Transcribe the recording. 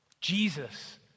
Jesus